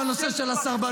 חבורה של פחדנים.